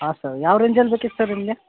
ಹಾಂ ಸ ಯಾವ ರೇಂಜಲ್ಲಿ ಬೇಕಿತ್ತು ಸರ್ ನಿಮಗೆ